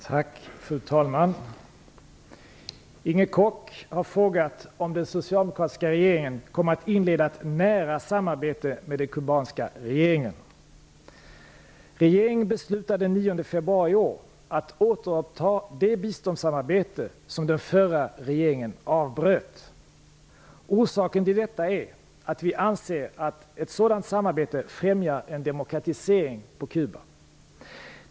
Fru talman! Inger Koch har frågat om den socialdemokratiska regeringen kommer att inleda ett nära samarbete med den kubanska regeringen. Regeringen beslutade den 9 februari i år att återuppta det biståndssamarbete som den förra regeringen avbröt. Orsaken till detta är att vi anser att ett sådant samarbete främjar en demokratisering på Kuba.